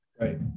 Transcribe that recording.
Right